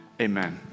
amen